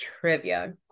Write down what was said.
trivia